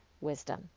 wisdom